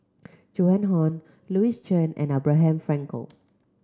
Joan Hon Louis Chen and Abraham Frankel